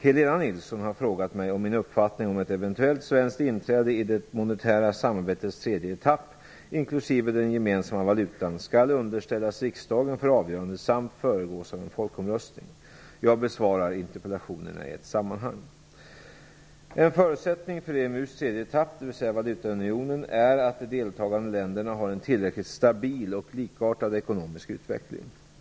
Helena Nilsson har frågat mig om min uppfattning om att ett eventuellt svenskt inträde i det monetära samarbetets tredje etapp, inklusive den gemensamma valutan, skall underställas riksdagen för avgörande samt föregås av en folkomröstning. Jag besvarar interpellationerna i ett sammanhang. En förutsättning för EMU:s tredje etapp, dvs. valutaunionen, är att de deltagande länderna har en tillräckligt stabil och likartad ekonomisk utveckling.